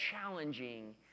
challenging